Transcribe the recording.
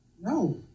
no